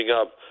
up